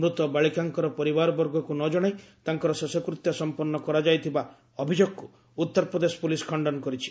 ମୃତ ବାଳିକାଙ୍କର ପରିବାରବର୍ଗଙ୍କୁ ନ ଜଣାଇ ତାଙ୍କର ଶେଷକୃତ୍ୟ ସଂପନ୍ନ କରାଯାଇଥିବା ଅଭିଯୋଗକୁ ଉତ୍ତରପ୍ରଦେଶ ପୋଲିସ୍ ଖଣ୍ଡନ କରିଛି